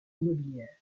immobilières